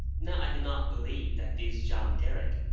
now i do not believe that this john derrick,